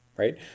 Right